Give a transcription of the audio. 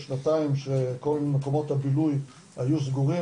או שנתיים שכל מקומות הבילוי היו סגורים,